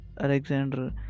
Alexander